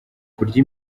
kurya